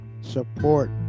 support